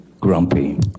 Grumpy